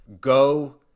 go